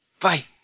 Bye